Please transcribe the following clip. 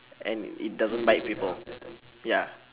and it doesn't bite people